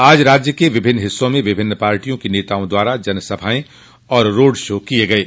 आज राज्य के विभिन्न हिस्सों में विभिन्न पार्टियों के नेताओं द्वारा जनसभाएं और रोड शो किये गये